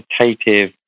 quantitative